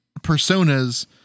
personas